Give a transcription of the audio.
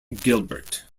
gilbert